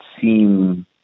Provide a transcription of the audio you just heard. seem